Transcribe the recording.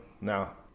now